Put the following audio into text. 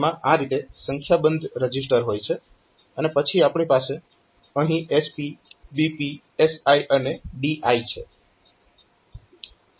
તો તેમાં આ રીતે સંખ્યાબંધ રજીસ્ટર હોય છે અને પછી આપણી પાસે અહીં SP BP SI અને DI છે